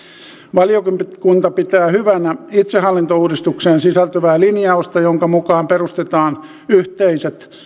valiokunta pitää hyvänä itsehallintouudistukseen sisältyvää linjausta jonka mukaan perustetaan yhteiset